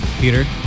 Peter